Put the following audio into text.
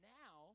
now